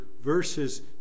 verses